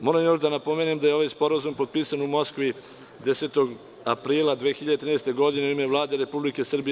Moram još da napomene da je ovaj sporazum potpisan u Moskvi 10. aprila 2013. godine u ime Vlade Republike Srbije.